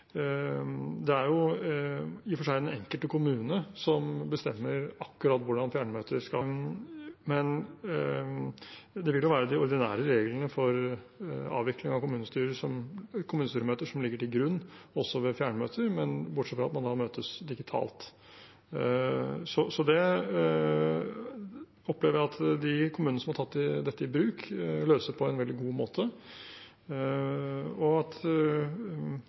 Det er i og for seg den enkelte kommune som bestemmer akkurat hvordan fjernmøter skal avvikles, men det vil være de ordinære reglene for avvikling av kommunestyremøter som ligger til grunn også ved fjernmøter, bortsett fra at man da møtes digitalt. Det opplever jeg at de kommunene som har tatt dette i bruk, løser på en veldig god måte, og at